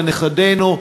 לנכדינו,